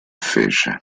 fece